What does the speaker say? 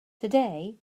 today